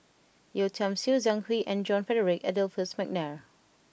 Yeo Tiam Siew Zhang Hui and John Frederick Adolphus McNair